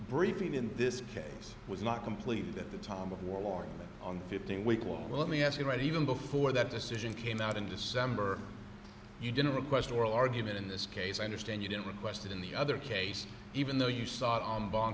briefing in this case was not completed at the time of war on fifteen week well let me ask you right even before that decision came out in december you didn't request oral argument in this case i understand you didn't request it in the other case even though you saw it on bon